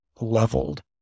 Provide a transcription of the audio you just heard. leveled